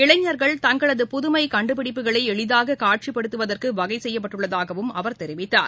இளைஞ்கள் தங்களது புதுமைகண்டுபிடிப்புகளைஎளிதாககாட்சிப்படுத்துவதற்குவகைசெய்யப்பட்டிருப்பதாகவும் அவர் தெரிவித்தார்